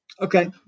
Okay